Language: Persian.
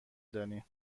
دانی